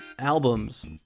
albums